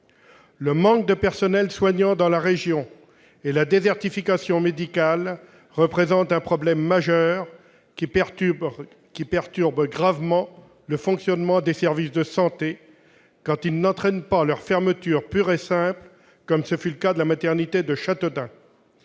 Le manque de personnel soignant dans la région et la désertification médicale représentent un problème majeur, qui perturbe gravement le fonctionnement des services de santé, quand il n'entraîne pas leur fermeture pure et simple, comme pour la maternité de Châteaudun.